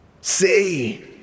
See